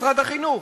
משרד החינוך?